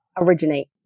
originate